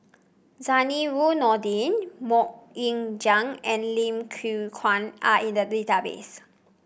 Zainudin Nordin MoK Ying Jang and Lim Yew Kuan are in the database